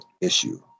issue